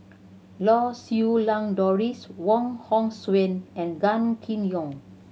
Lau Siew Lang Doris Wong Hong Suen and Gan Kim Yong